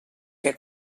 què